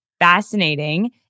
fascinating